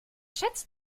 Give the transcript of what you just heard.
schätzt